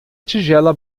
tigela